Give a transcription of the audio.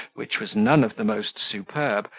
which was none of the most superb,